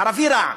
ערבי רע.